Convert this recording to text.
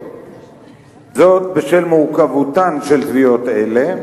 זאת בשל מורכבותן של תביעות אלה,